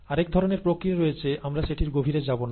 আরেক ধরনের প্রক্রিয়া রয়েছে আমরা সেটির গভীরে যাব না